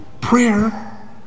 Prayer